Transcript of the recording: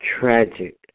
tragic